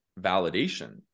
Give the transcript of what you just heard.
validation